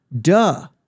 Duh